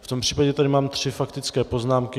V tom případě tady mám tři faktické poznámky.